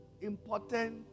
important